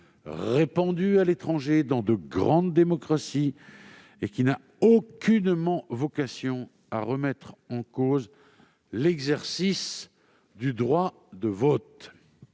répandu à l'étranger dans de grandes démocraties, et qui n'a aucunement vocation à remettre en cause l'exercice du droit de vote.